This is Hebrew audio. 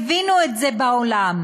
הבינו את זה בעולם.